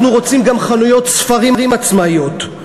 אנחנו רוצים גם חנויות ספרים עצמאיות,